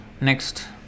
Next